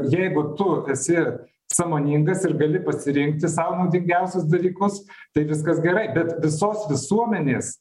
jeigu tu esi sąmoningas ir gali pasirinkti sau naudingiausius dalykus tai viskas gerai bet visos visuomenės